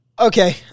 Okay